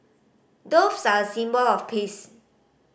doves are a symbol of peace